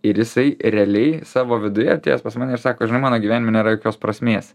ir jisai realiai savo viduje atėjęs pas mane ir sako žinai mano gyvenime nėra jokios prasmės